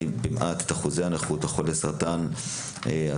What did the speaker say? במעט את אחוזי הנכות לחולי סרטן החלחולת,